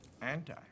Anti